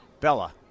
Bella